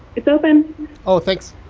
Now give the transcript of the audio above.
it's open oh, thanks